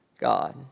God